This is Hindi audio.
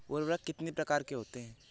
उर्वरक कितनी प्रकार के होते हैं?